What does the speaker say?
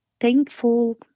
thankful